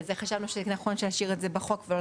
בגלל זה חשבנו שנכון שנשאיר את זה בחוק.